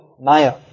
maya